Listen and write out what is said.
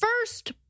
first